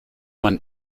man